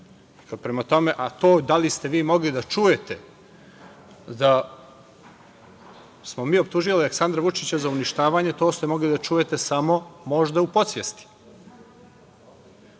To da li ste vi mogli da čujete da smo mi optužili Aleksandra Vučića za uništavate, to ste mogli da čujete samo možda u podsvesti. Rekao